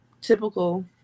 typical